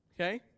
Okay